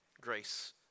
grace